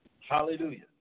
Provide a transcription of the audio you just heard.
Hallelujah